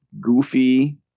goofy